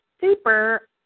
super